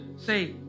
Say